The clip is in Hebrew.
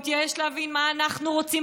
הוא התייאש מלהבין מה אנחנו רוצים,